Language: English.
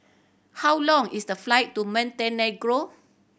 how long is the flight to Montenegro